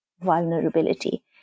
vulnerability